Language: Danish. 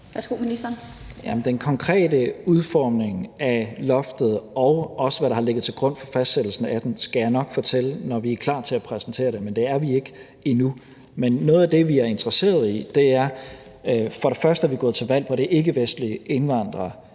Den konkrete udformning af loftet og også hvad der har ligget til grund for fastsættelsen af det, skal jeg nok fortælle om, når vi er klar til at præsentere det, men det er vi ikke endnu. Vi er for det første gået til valg på, at det er ikkevestlige indvandrere,